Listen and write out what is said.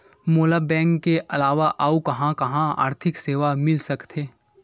मोला बैंक के अलावा आऊ कहां कहा आर्थिक सेवा मिल सकथे?